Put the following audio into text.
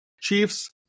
Chiefs